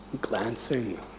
glancing